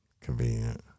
Convenient